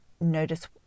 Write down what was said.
notice